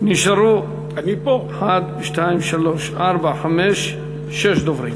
נשארו אחת, שתיים, שלוש, ארבע, חמש, שש דוברים.